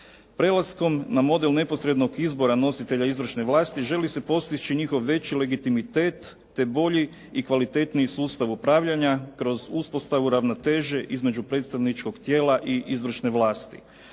Prelaskom na model neposrednog izbora nositelja izvršne vlasati želi se postići njihov veći legitimitet te bolji i kvalitetniji sustav upravljanja kroz uspostavu ravnoteže između predstavničkog tijela i izvršne vlasti.